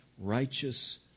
righteous